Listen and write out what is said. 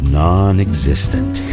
non-existent